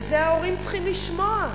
ואת זה ההורים צריכים לשמוע.